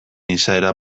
izaera